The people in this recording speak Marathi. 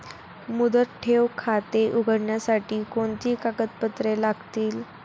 मुदत ठेव खाते उघडण्यासाठी कोणती कागदपत्रे लागतील?